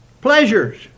pleasures